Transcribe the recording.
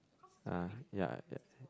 uh yeah yeah